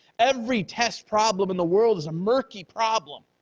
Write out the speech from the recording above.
every test problem in the world is a murky problem.